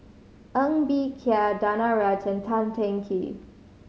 Ng Bee Kia Danaraj Tan Teng Kee